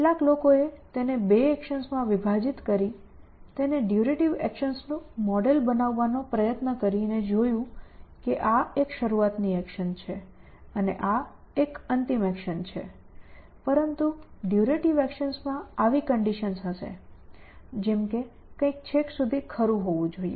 કેટલાક લોકોએ તેને બે એકશન્સમાં વિભાજીત કરી તેને ડયુરેટીવ એકશન્સ નું મોડેલ બનાવવાનો પ્રયત્ન કરીને જોયું કે આ એક શરૂઆતની એક્શન છે અને આ એક અંતિમ એક્શન છે પરંતુ ડયુરેટીવ એકશન્સમાં આવી કન્ડિશન્સ હશે જેમ કે કંઈક છેક સુધી ખરું હોવું જોઈએ